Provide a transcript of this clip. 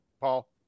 Paul